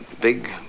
big